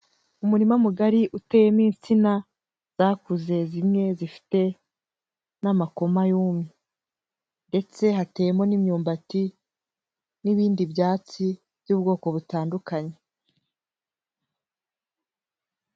Umurima mugari uteyemo insina zakuze zimwe zifite n'amakoma yumye, ndetse hateyemo n'imyumbati n'ibindi byatsi by'ubwoko butandukanye.